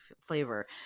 flavor